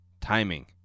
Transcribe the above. timing